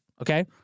Okay